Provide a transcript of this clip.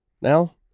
now